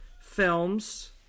films